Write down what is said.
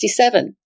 1967